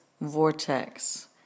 Vortex